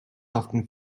often